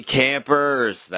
campers